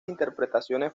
interpretaciones